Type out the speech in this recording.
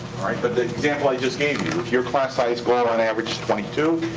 all right. but the example i just gave you, if your class size goal, on average, is twenty two,